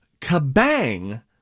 kabang